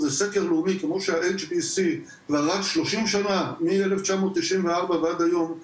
זה סקר לאומי כמו שה- HDC סקר ל-30 שנה מ-1994 ועד היום,